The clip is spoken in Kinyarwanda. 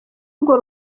urwo